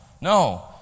No